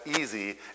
easy